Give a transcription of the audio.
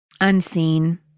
unseen